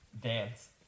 dance